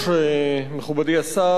מכובדי השר,